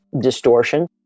distortion